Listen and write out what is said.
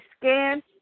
scan